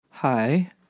Hi